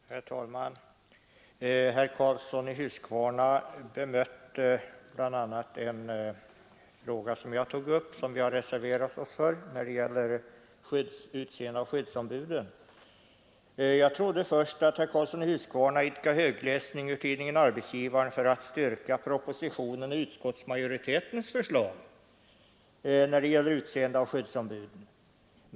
Herr talman! Herr Karlsson i Huskvarna bemötte bl.a. vad jag sade och vad vi reserverat oss för när det gäller utseende av skyddsombud. Jag trodde först att herr Karlsson i Huskvarna idkade högläsning ur tidningen Arbetsgivaren för att styrka departementschefens och utskottsmajoritetens förslag i fråga om utseende av skyddsombud.